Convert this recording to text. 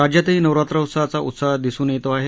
राज्यातही नवरात्रोत्सवाचा उत्साह दिसून येतो आहे